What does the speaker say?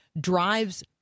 drives